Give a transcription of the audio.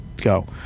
go